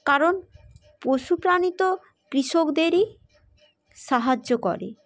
কারণ পশু প্রাণী তো কৃষকদেরই সাহায্য করে